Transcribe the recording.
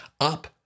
up